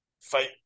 fight